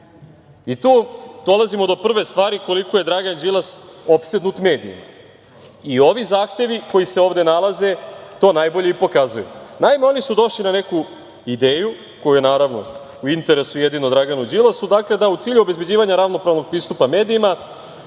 To dolazimo do prve stvari koliko je Dragan Đilas opsednut medijima i ovi zahtevi koji se ovde nalaze to najbolje i pokazuju. Naime, oni su došli na neku ideju koja je naravno u interesu jedino Dragana Đilasa, da u cilju obezbeđivanja ravnopravnog pristupa medijima,